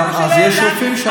אז יש שם רופאים.